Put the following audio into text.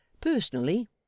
Personally